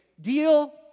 Deal